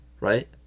Right